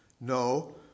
No